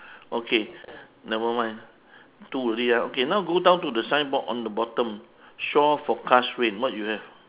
okay never mind two already ah okay now go down to the signboard on the bottom shore forecast rain what you have